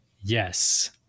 Yes